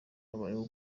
habayeho